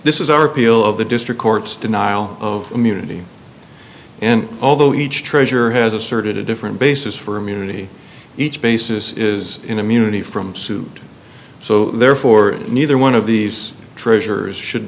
this is our appeal of the district court's denial of immunity and although each treasurer has asserted a different basis for immunity each basis is immunity from suit so therefore neither one of these treasures should